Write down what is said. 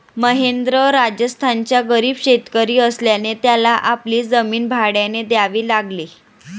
महेंद्र राजस्थानचा गरीब शेतकरी असल्याने त्याला आपली जमीन भाड्याने द्यावी लागली